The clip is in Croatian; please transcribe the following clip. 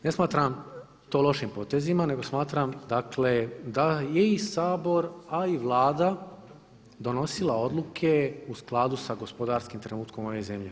Ne smatram to lošim potezima nego smatram dakle da je i Sabor a i Vlada donosila odluke u skladu sa gospodarskim trenutkom ove zemlje.